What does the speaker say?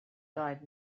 died